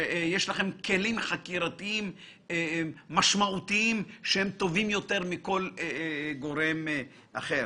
שיש לכם כלים חקירתיים משמעותיים טובים יותר מכל גורם אחר.